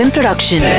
Production